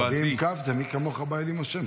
"מכבי" בכ"ף זה "מי כמוך באלים השם",